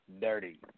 dirty